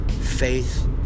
faith